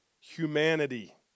humanity